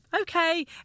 okay